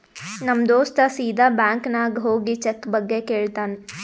ನಮ್ ದೋಸ್ತ ಸೀದಾ ಬ್ಯಾಂಕ್ ನಾಗ್ ಹೋಗಿ ಚೆಕ್ ಬಗ್ಗೆ ಕೇಳ್ತಾನ್